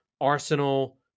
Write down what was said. Arsenal